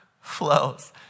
flows